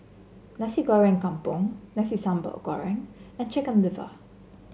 Nasi Goreng Kampung Nasi Sambal Goreng and Chicken Liver